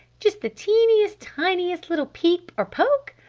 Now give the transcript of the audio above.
just the teeniest, tiniest little peep or poke?